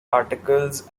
articles